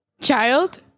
Child